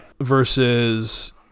Versus